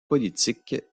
politiques